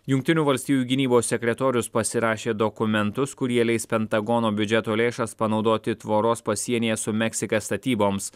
jungtinių valstijų gynybos sekretorius pasirašė dokumentus kurie leis pentagono biudžeto lėšas panaudoti tvoros pasienyje su meksika statyboms